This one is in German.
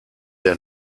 der